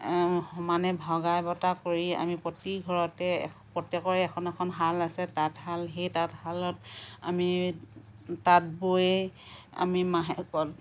সমানে ভগাই বতা কৰি আমি প্ৰতি ঘৰতে প্ৰত্যেকৰে এখন এখন শাল আছে তাত শাল সেই তাত শালত আমি তাত বৈ আমি মাহেকত